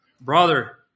Brother